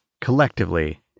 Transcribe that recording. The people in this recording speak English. collectively